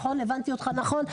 הבנתי אותך נכון?